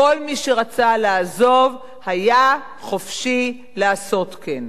וכל מי שרצה לעזוב היה חופשי לעשות כן.